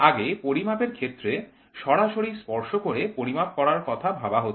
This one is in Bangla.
আগে পরিমাপের ক্ষেত্রে সরাসরি স্পর্শ করে পরিমাপ করার কথা ভাবা হত